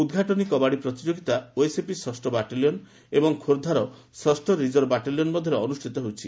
ଉଦ୍ଘାଟନୀ କବାଡ଼ି ପ୍ରତିଯୋଗିତା ଓଏସ୍ଏପି ଷଷ ବାଟାଲିୟନ୍ ଏବଂ ଖୋର୍ବ୍ବାର ଷଷ ରିଜର୍ଭ ବାଟାଲିୟନ୍ ମଧ୍ଧରେ ଅନୁଷ୍ଷିତ ହେଉଛି